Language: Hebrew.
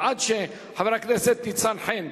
עד שחבר הכנסת ניצן חן,